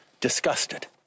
disgusted